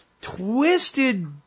twisted